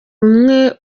umwe